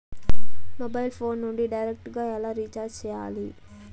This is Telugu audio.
మొబైల్ ఫోను నుండి డైరెక్టు గా ఎలా రీచార్జి సేయాలి